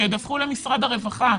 שידווחו למשרד הרווחה,